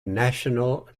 national